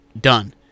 done